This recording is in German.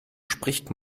spricht